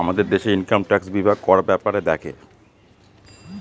আমাদের দেশে income tax বিভাগ কর ব্যাপারে দেখে